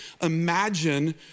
imagine